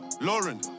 Lauren